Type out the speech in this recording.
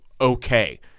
okay